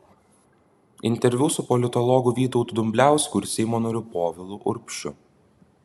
interviu su politologu vytautu dumbliausku ir seimo nariu povilu urbšiu